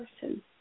person